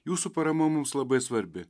jūsų parama mums labai svarbi